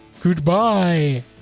Goodbye